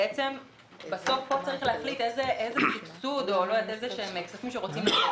בעצם בסוף פה צריך להחליט איזה סבסוד או איזה כסף רוצים לתת,